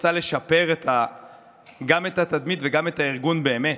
רוצה לשפר גם את התדמית וגם את הארגון באמת,